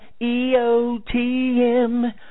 EOTM